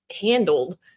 handled